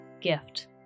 gift